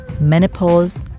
menopause